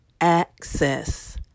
access